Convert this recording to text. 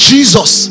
Jesus